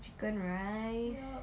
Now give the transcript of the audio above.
chicken rice